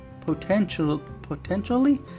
potentially